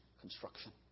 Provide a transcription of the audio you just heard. construction